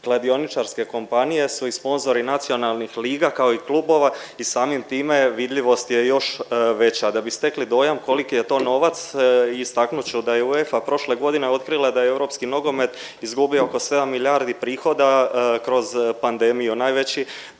Kladioničarske kompanije su i sponzori nacionalnih liga kao i klubova i samim time vidljivost je još veća. Da bi stekli dojam koliki je to novac istaknut ću da je UEFA prošle godine da je europski nogomet izgubio oko sedam milijardi prihoda kroz pandemiju, najveći